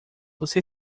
você